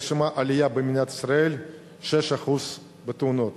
ובמדינת ישראל נרשמה עלייה של 6% בתאונות.